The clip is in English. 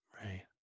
Right